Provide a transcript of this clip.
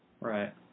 Right